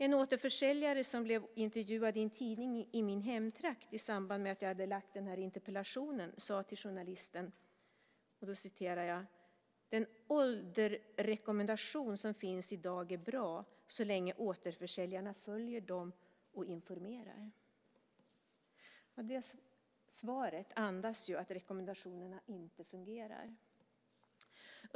En återförsäljare som blev intervjuad i en tidning i min hemtrakt i samband med att jag hade lämnat den här interpellationen sade till journalisten: "Den åldersrekommendation som finns idag är bra, så länge återförsäljarna följer den och informerar." Svaret andas att rekommendationerna inte fungerar.